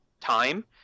time